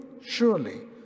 surely